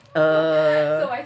ah